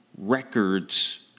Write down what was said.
Records